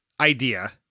idea